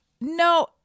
No